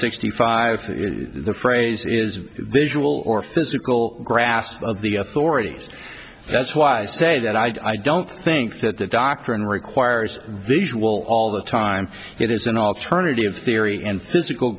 sixty five the phrase is this will or physical grasp of the authorities that's why i say that i don't think that the doctrine requires visual all the time it is an alternative theory and physical